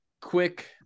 quick